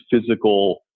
physical